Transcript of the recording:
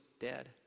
dead